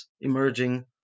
emerging